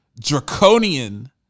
draconian